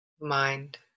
mind